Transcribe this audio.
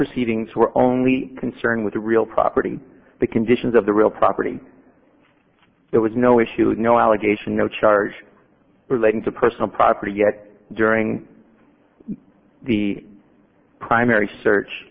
proceedings were only concerned with real property the conditions of the real property there was no issue no allegation no charge relating to personal property yet during the primary search